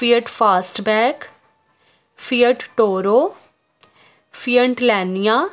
fiat fast back Fiat Toro Fiat ਲੈਨੀਆ